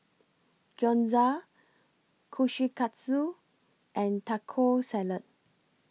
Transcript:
Gyoza Kushikatsu and Taco Salad